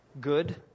good